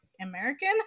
American